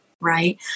right